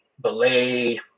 Belay